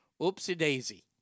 Oopsie-daisy